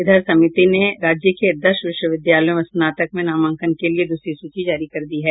इधर समिति ने राज्य के दस विश्वविद्यालयों में स्नातक में नामांकन के लिये दूसरी सूची जारी कर दी है